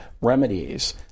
remedies